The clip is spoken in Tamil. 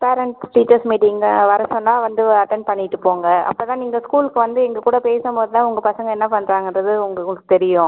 பேரன்ட்ஸ் டீச்சர்ஸ் மீட்டிங் வர சொன்னால் வந்து அட்டென்ட் பண்ணிவிட்டு போங்க அப்போது தான் நீங்கள் ஸ்கூலுக்கு வந்து எங்கள் கூட பேசும் போது தான் உங்கள் பசங்க என்ன பண்ணுறாங்கன்றது உங்களுக்கும் தெரியும்